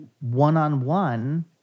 one-on-one